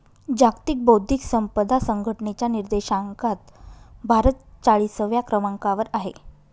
जागतिक बौद्धिक संपदा संघटनेच्या निर्देशांकात भारत चाळीसव्या क्रमांकावर आहे